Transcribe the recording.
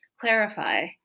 clarify